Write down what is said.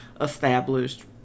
established